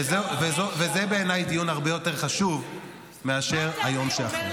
וזה בעיניי דיון הרבה יותר חשוב מאשר היום שאחרי.